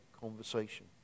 conversation